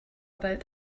about